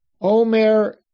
Omer